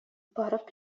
барып